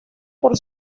por